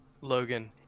logan